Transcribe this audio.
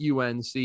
UNC